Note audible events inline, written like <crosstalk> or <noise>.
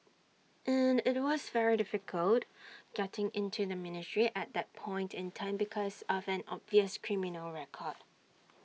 <hesitation> and IT was very difficult getting into the ministry at that point <noise> in time because of an obvious criminal record <noise>